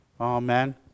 Amen